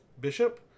Bishop